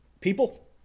People